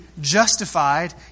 justified